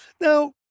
Now